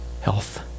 health